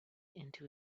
into